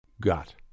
Got